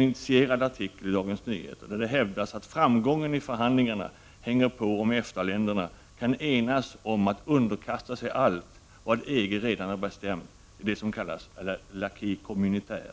initierad artikel i Dagens Nyheter, där det hävdas att framgången i förhandlingarna hänger på om EFTA-länderna kan enas om att underkasta sig allt vad EG redan har bestämt — det som kallas för I acquis communautaire.